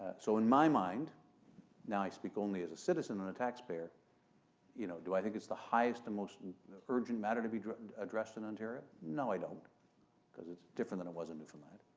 so, in my mind now i speak only as a citizen and a taxpayer you know, do i think it's the highest and most urgent matter to be and addressed in ontario? no, i don't because it's different than it was in newfoundland.